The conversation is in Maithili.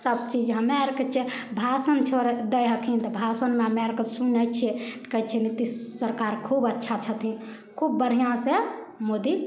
सब चीज हमरा अरके जे भाषण दै हथिन तऽ भाषणमे हमरा आरके सुनै छियै कहै छियै नीतीश सरकार खूब अच्छा छथिन खूब बढ़िऑ से मोदी